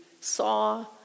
saw